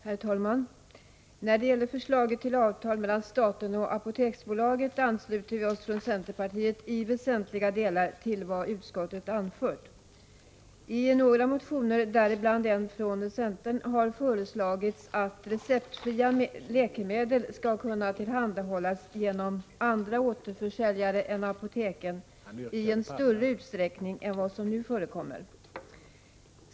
Herr talman! När det gäller förslaget till avtal mellan staten och Apoteksbolaget ansluter vi oss från centerpartiet i väsentliga delar till vad utskottet anfört. I några motioner, däribland en från centern, har föreslagits att receptfria läkemedel skall kunna tillhandahållas genom andra återförsäljare än genom apoteken i större utsträckning än vad som nu förekommer.